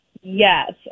Yes